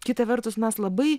kita vertus mes labai